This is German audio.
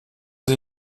sie